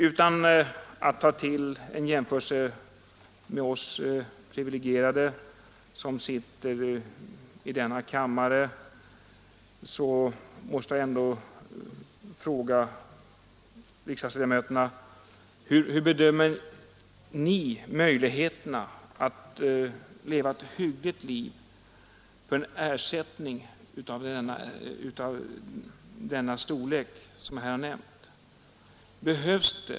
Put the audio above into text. Utan att ta till en jämförelse med oss privilegierade som sitter i denna kammare måste jag ändå fråga riksdagsledamöterna: Hur bedömer ni möjligheterna att leva ett hyggligt liv på en ersättning av den storlek som här nämnts?